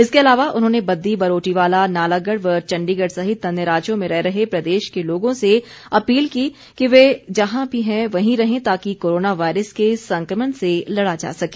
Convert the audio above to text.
इसके अलावा उन्होंने बद्दी बरोटीवाला नालागढ़ व चंडीगढ़ सहित अन्य राज्यों में रह रहे प्रदेश के लोगों से अपील की कि वे जहां हैं वहीं रहें ताकि कोरोना वायरस के संकमण से लड़ा जा सके